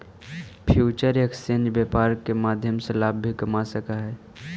future exchange व्यापार के माध्यम से लाभ भी कमा सकऽ हइ